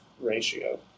ratio